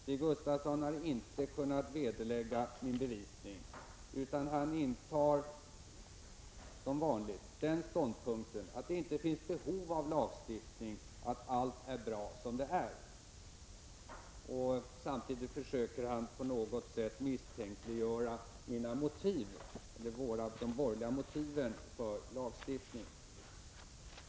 Stig Gustafsson har inte kunnat vederlägga min bevisning, utan han intar, som vanligt, den ståndpunkten att det inte finns behov av lagstiftning, att allt är bra som det är. Samtidigt försöker han på något sätt misstänkliggöra de borgerliga motiven för lagstiftning.